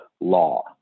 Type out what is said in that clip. law